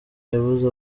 yabuze